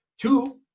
two